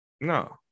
No